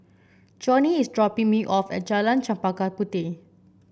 Joni is dropping me off at Jalan Chempaka Puteh